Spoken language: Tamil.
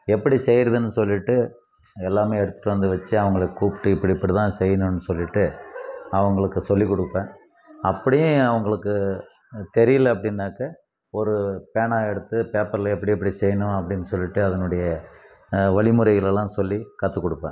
எப்படி செய்யறதுனு சொல்லிவிட்டு எல்லாமே எடுத்துகிட்டு வந்து வச்சு அவங்களை கூப்பிட்டு இப்படி இப்படிதான் செய்யணுன்னு சொல்லிவிட்டு அவர்களுக்கு சொல்லிக் கொடுப்பேன் அப்படியே அவர்களுக்கு தெரியல அப்படினாக்க ஒரு பேனா எடுத்து பேப்பரில் எப்படி எப்படி செய்யணும் அப்படின்னு சொல்லிவிட்டு அதுனுடைய வழிமுறைகளெல்லாம் சொல்லி கற்றுக் கொடுப்பேன்